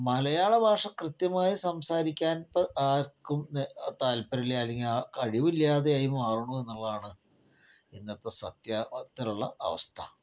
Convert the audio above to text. മലയാള ഭാഷ കൃത്യമായി സംസാരിക്കാൻ ഇപ്പോൾ ആർക്കും താൽപര്യമില്ല അല്ലെങ്കിൽ ആ കഴിവില്ലാതെ ആയി മാറുന്നുവെന്നുള്ളതാണ് ഇന്നത്തെ സത്യത്തിലുള്ള അവസ്ഥ